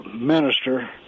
minister